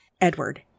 edward